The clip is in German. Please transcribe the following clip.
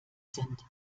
sind